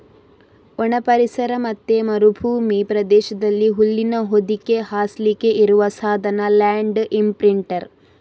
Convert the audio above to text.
ಒಣ ಪರಿಸರ ಮತ್ತೆ ಮರುಭೂಮಿ ಪ್ರದೇಶದಲ್ಲಿ ಹುಲ್ಲಿನ ಹೊದಿಕೆ ಹಾಸ್ಲಿಕ್ಕೆ ಇರುವ ಸಾಧನ ಲ್ಯಾಂಡ್ ಇಂಪ್ರಿಂಟರ್